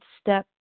step